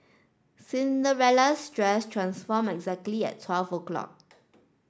Cinderella's dress transformed exactly at twelve o'clock